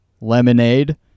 Lemonade